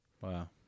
Wow